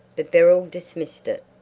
but beryl dismissed it.